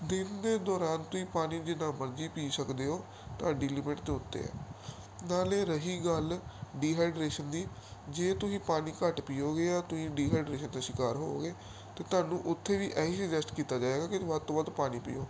ਦਿਨ ਦੇ ਦੌਰਾਨ ਤੁਸੀਂ ਪਾਣੀ ਜਿੰਨਾ ਮਰਜੀ ਪੀ ਸਕਦੇ ਹੋ ਤੁਹਾਡੀ ਲਿਮਿਟ ਦੇ ਉੱਤੇ ਹੈ ਨਾਲੇ ਰਹੀ ਗੱਲ ਡੀਹਾਈਡਰੇਸ਼ਨ ਦੀ ਜੇ ਤੁਸੀਂ ਪਾਣੀ ਘੱਟ ਪੀਓਗੇ ਜਾਂ ਤੁਸੀਂ ਡੀਹਾਈਡਰੇਸ਼ਨ ਦੇ ਸ਼ਿਕਾਰ ਹੋਵੋਗੇ ਅਤੇ ਤੁਹਾਨੂੰ ਉੱਥੇ ਵੀ ਇਹੀ ਸੁਜੈਸਟ ਕੀਤਾ ਜਾਏਗਾ ਕਿ ਵੱਧ ਤੋਂ ਵੱਧ ਪਾਣੀ ਪੀਓ